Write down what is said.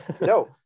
No